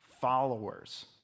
followers